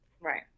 right